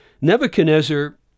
Nebuchadnezzar